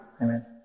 Amen